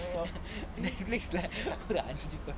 in english